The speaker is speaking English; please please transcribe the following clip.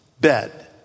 bed